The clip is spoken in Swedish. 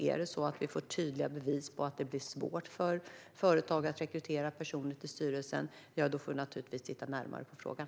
Om vi får tydliga bevis på att det blir svårt för företag att rekrytera personer till styrelsen får vi naturligtvis titta närmare på frågan.